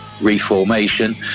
reformation